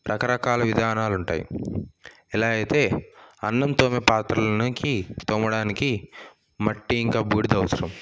రకరకాల విధానాలు ఉంటాయి ఎలా అయితే అన్నం తోమే పాత్రలనికి తోమడానికి మట్టి ఇంకా బూడిద అవసరం